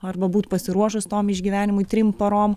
arba būt pasiruošus tom išgyvenimui trim parom